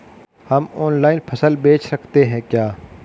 हम ऑनलाइन फसल बेच सकते हैं क्या?